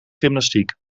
gymnastiek